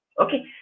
Okay